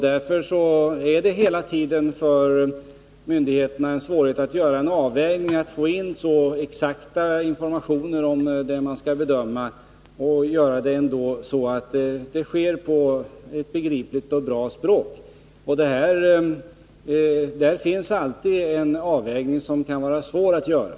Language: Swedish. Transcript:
Därför är det alltid svårt för myndigheterna att avväga: att samtidigt som det används ett begripligt och bra språk skaffa så exakta informationer som möjligt om det som skall bedömas. Jag är medveten om att denna avvägning ibland kan vara svår att göra.